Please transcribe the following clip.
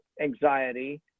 anxiety